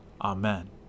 Amen